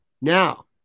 Now